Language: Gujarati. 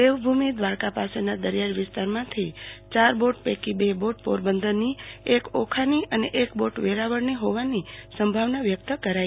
દેવભૂમિ દ્વારકા પાસેના દરિયાઈ વિસ્તારમાંથી યાર બોટ પૈકી બે બોટ પોરબંદરની એક ઓખાની અને એક બોટ વેરાવળની હોવાની સંભાવના વ્યક્ત કરાઈ